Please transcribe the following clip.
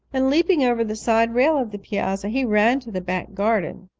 and leaping over the side rail of the piazza, he ran to the back garden.